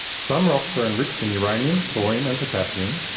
some rocks are enriched in uranium, thorium and potassium.